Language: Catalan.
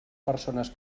persones